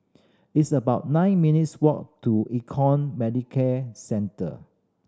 it's about nine minutes' walk to Econ Medicare Centre